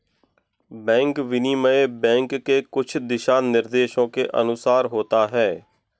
bank विनिमय bank के कुछ दिशानिर्देशों के अनुसार होता है